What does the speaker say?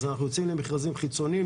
אנחנו יוצאים למכרזים חיצוניים.